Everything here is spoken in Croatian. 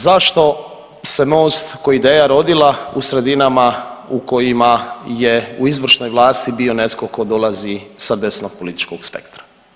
Zašto se MOST kao ideja rodila u sredinama u kojima je u izvršnoj vlasti bio netko tko dolazi sa desnog političkog spektra?